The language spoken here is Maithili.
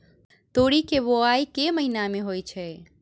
तोरी केँ बोवाई केँ महीना मे होइ छैय?